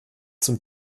zum